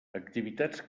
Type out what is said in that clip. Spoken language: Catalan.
activitats